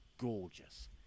gorgeous